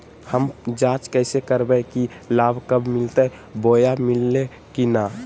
हम जांच कैसे करबे की लाभ कब मिलते बोया मिल्ले की न?